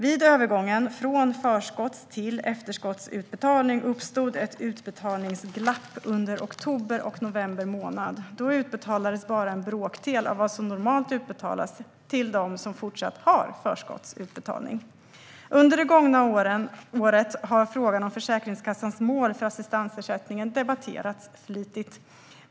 Vid övergången från förskotts till efterskottsutbetalning uppstod ett utbetalningsglapp under oktober och november månad. Då utbetalades bara en bråkdel av vad som normalt utbetalas till dem som fortsatt har förskottsutbetalning. Under det gångna året har frågan om Försäkringskassans mål för assistansersättningen debatterats flitigt.